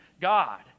God